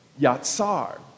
yatsar